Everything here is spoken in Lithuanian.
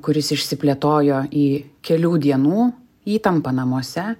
kuris išsiplėtojo į kelių dienų įtampą namuose